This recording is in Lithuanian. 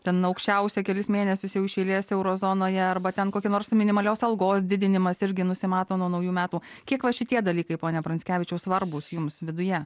ten aukščiausia kelis mėnesius iš eilės euro zonoje arba ten kokie nors minimalios algos didinimas irgi nusimato naujų metų kiek va šitie dalykai pone pranckevičiau svarbūs jums viduje